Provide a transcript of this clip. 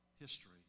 history